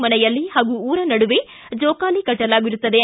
ಮನೆಯಲ್ಲಿ ಹಾಗೂ ಊರ ನಡುವೆ ಜೋಕಾಲಿ ಕಟ್ಟಲಾಗಿರುತ್ತದೆ